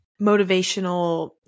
motivational